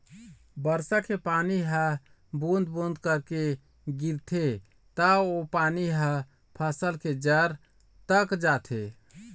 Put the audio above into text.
बरसा के पानी ह बूंद बूंद करके गिरथे त ओ पानी ह फसल के जर तक जाथे